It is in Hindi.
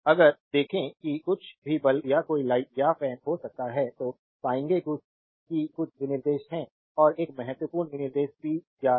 अगर देखें कि कुछ भी बल्ब या कोई लाइट या फैन हो सकता है तो पाएंगे कि कुछ विनिर्देश हैं और एक महत्वपूर्ण विनिर्देश पी या है